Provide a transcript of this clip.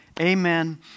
amen